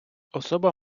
особа